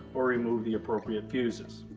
or remove the appropriate fuses.